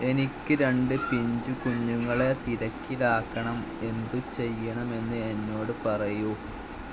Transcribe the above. എനിക്ക് രണ്ട് പിഞ്ചുകുഞ്ഞുങ്ങളെ തിരക്കിലാക്കണം എന്തുചെയ്യണമെന്ന് എന്നോട് പറയൂ